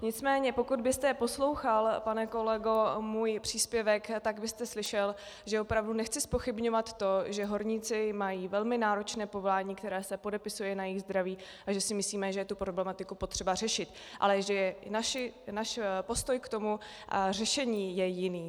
Nicméně pokud byste poslouchal, pane kolego, můj příspěvek, tak byste slyšel, že opravdu nechci zpochybňovat to, že horníci mají velmi náročné povolání, které se podepisuje na jejich zdraví, a že si myslíme, že je tu problematiku třeba řešit, ale že náš postoj k tomu řešení je jiný.